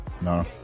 No